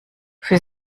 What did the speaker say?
für